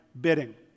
bidding